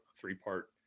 three-part